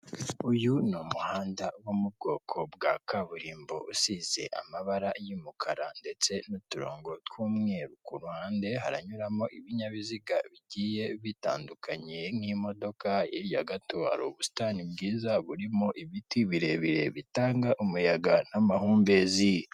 Uyu umuhanda uba mu bwoko bwa kaburimbo usize amabara y'umukara ndetse n'uturonko tw'umweru, ku mpande haranyuramo ibinyabiziga bigiye bitandukanye nk'imodoka, hirya gato hari ubusitani bwiza burimo ibiti birebire bitanga umuyaga n'amahumbezi.